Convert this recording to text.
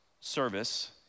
service